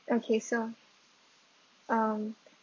okay so um